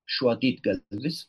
šuo didgalvis